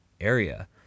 area